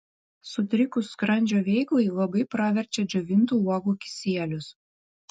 sutrikus skrandžio veiklai labai praverčia džiovintų uogų kisielius